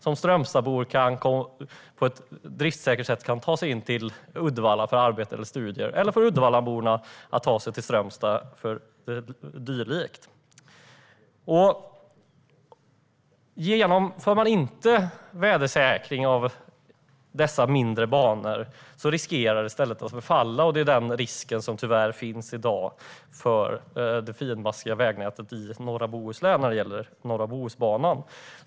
Som Strömstadsbo ska man på ett driftssäkert sätt kunna ta sig in till Uddevalla för arbete eller studier, och Uddevallaborna ska kunna ta sig till Strömstad för dylikt. Genomför man inte vädersäkring av dessa mindre banor riskerar de att förfalla, och det är den risk som i dag tyvärr finns för det finmaskiga vägnätet i norra Bohuslän när det gäller norra Bohusbanan.